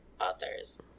authors